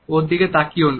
ওর দিকে তাকিয়ো না